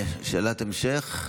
שאלת המשך?